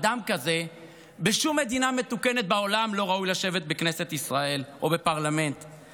אדם כזה לא ראוי לשבת בכנסת ישראל או בפרלמנט בשום מדינה מתוקנת בעולם.